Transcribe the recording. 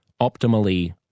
optimally